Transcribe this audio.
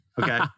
Okay